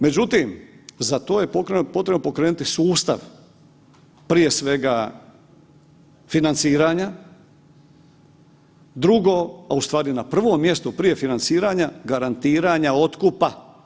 Međutim, za to je potrebno pokrenuti sustav, prije svega financiranja, drugo, a ustvari na prvom mjestu prije financiranja garantiranja otkupa.